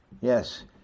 Yes